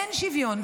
ואין שוויון,